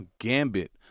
gambit